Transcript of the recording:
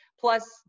Plus